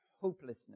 hopelessness